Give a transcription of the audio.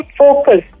focus